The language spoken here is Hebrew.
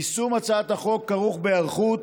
יישום הצעת החוק כרוך בהיערכות,